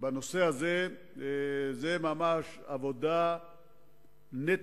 בנושא הזה זו ממש עבודה נטו